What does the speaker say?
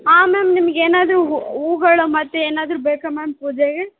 ಆಂ ma'am ನಿಮ್ಗೆ ಏನಾದರು ಹೂಗಳ ಮತ್ತು ಏನಾದರು ಬೇಕಾ ಮ್ಯಾಮ್ ಪೂಜೆಗೆ